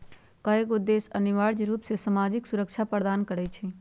कयगो देश अनिवार्ज रूप से सामाजिक सुरक्षा प्रदान करई छै